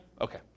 Okay